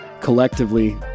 collectively